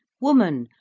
woman,